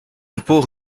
impôt